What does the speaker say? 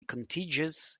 contiguous